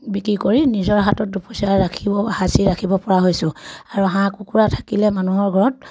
বিক্ৰী কৰি নিজৰ হাতত দুপইচা ৰাখিব সাঁচি ৰাখিব পৰা হৈছোঁ আৰু হাঁহ কুকুৰা থাকিলে মানুহৰ ঘৰত